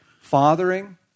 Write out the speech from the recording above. fathering